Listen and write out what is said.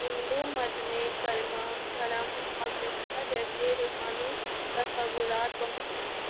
ہندو مت میں کرما دھرم اور موکشہ جیسے روحانی تصورات بہت اہم